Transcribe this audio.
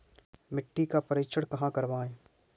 मिट्टी का परीक्षण कहाँ करवाएँ?